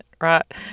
right